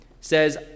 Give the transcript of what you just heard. says